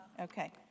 okay